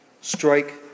Strike